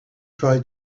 try